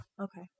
okay